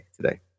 today